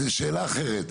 שאלה אחרת.